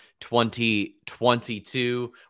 2022